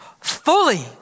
fully